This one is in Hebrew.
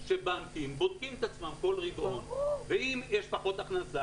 שבנקים בודקים את עצמם כל רבעון ואם יש פחות הכנסה,